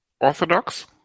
Orthodox